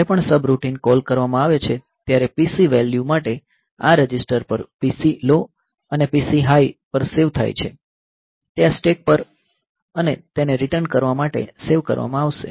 જ્યારે પણ subroutine call કરવામાં આવે છે ત્યારે PC વેલ્યુ માટે આ રજીસ્ટર પર PC લો અને PC હાઈ પર સેવ થાય છે તે આ સ્ટેક પર અને તેને રીટર્ન કરવા માટે સેવ કરવામાં આવશે